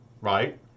right